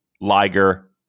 Liger